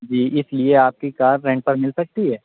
جی اس لیے آپ کی کار رینٹ پر مل سکتی ہے